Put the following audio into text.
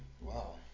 Wow